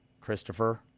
Christopher